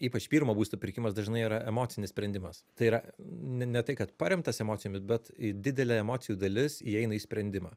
ypač pirmo būsto pirkimas dažnai yra emocinis sprendimas tai yra ne ne tai kad paremtas emocijomis bet į didelė emocijų dalis įeina į sprendimą